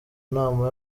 nama